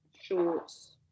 shorts